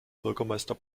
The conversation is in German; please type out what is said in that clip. bürgermeister